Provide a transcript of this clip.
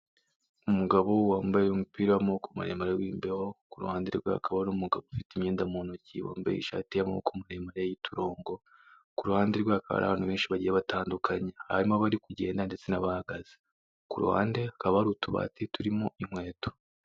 Umugabo wambaye umupira w'amaboko maremare w'imbeho, ku ruhande rwe hakaba hari umugabo ufite imyenda mu ntoki wambaye ishati y'amaboko maremare y'uturongo, ku ruhande rwe hakaba hari abantu benshi bagiye batandukanye, harimo abari kugenda ndetse n'abahagaze, ku ruhande hakaba hari utubati turimo inkweto.